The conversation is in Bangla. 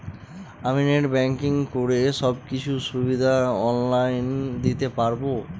আমি নেট ব্যাংকিং করে সব কিছু সুবিধা অন লাইন দিতে পারবো?